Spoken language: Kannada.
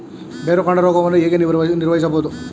ಬೇರುಕಾಂಡ ರೋಗವನ್ನು ಹೇಗೆ ನಿರ್ವಹಿಸಬಹುದು?